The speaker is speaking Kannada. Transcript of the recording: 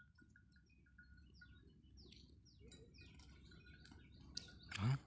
ಸರ್ ನಾನು ನಿಮ್ಮ ಬ್ಯಾಂಕನಾಗ ರೊಕ್ಕ ಇಡಬೇಕು ಅಂದ್ರೇ ಫೋಟೋ ಮತ್ತು ಆಧಾರ್ ಕಾರ್ಡ್ ಸಾಕ ಅಲ್ಲರೇ?